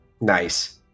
Nice